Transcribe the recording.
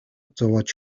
зовоож